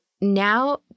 now